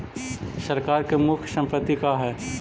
सरकार के मुख्य संपत्ति का हइ?